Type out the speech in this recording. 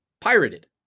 pirated